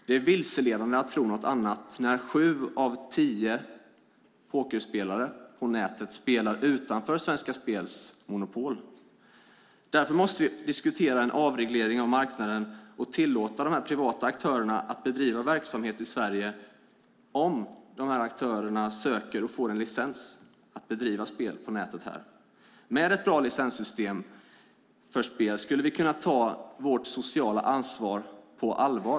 Det är vilseledande att tro något annat när sju av tio pokerspelare på nätet spelar utanför Svenska Spels monopol. Därför måste vi diskutera en avreglering av marknaden och tillåta de privata aktörerna att bedriva verksamhet i Sverige, om de här aktörerna söker och får en licens att bedriva spel på nätet här. Med ett bra licenssystem för spel skulle vi kunna ta vårt sociala ansvar på allvar.